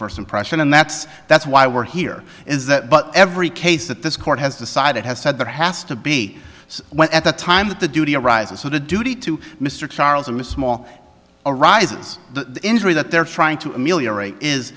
first impression and that's that's why we're here is that every case that this court has decided has said there has to be one at the time that the duty arises with a duty to mr charles and a small arises the injury that they're trying to ameliorate is